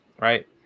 right